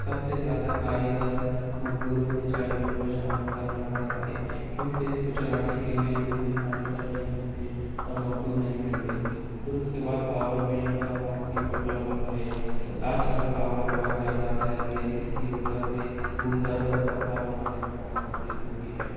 سب سے زیادہ کاریگر مزدوروں کے چیلنجوں کا سامنا کرنا پڑتا ہے کیونکہ اس کو چلانے کے لیے جلدی کاریگر نہیں ملتے اور مزدور نہیں ملتے پھر اس کے بعد پاور بل کا بہت ہی پرابلم ہوتا ہے آج کل پاور بہت زیادہ آنے لگی ہے جس کی وجہ سے بنکروں کو کپڑا بنانے میں بہت تکلیف ہوتی ہے